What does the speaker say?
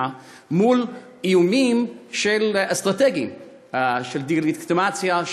מול איומים אסטרטגיים של הדה-לגיטימציה,